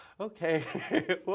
Okay